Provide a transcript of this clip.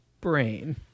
brain